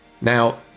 Now